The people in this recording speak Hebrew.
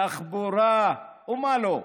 תחבורה ומה לא.